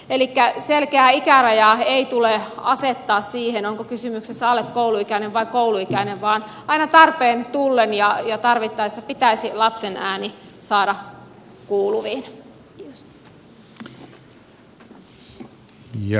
elikkä selkeää ikärajaa ei tule asettaa siihen onko kysymyksessä alle kouluikäinen vai kouluikäinen vaan aina tarpeen tullen ja tarvittaessa pitäisi lapsen ääni saada kuuluviin